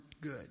good